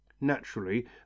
Naturally